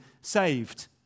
saved